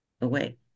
away